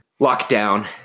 lockdown